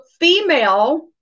female